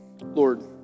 Lord